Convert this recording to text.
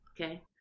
okay